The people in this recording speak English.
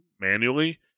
manually